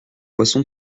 poisson